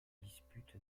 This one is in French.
dispute